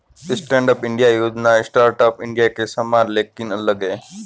stand up India योजना startup India के समान लेकिन अलग है